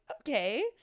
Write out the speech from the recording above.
okay